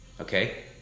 Okay